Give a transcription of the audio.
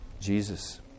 Jesus